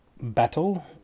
battle